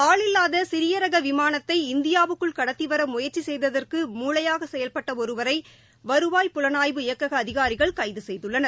ஆளில்லாத சிறிய ரக விமானத்தைஇந்தியாவுக்குள் கடத்தி வர முயற்சி செய்ததற்கு மூளையாக செயல்பட்ட ஒருவரை வருவாய் புலனாய்வு இயக்கக அதிகாரிகள் கைது செய்துள்ளனர்